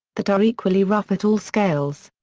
that are equally rough at all scales.